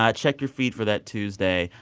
ah check your feed for that tuesday.